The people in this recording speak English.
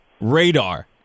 radar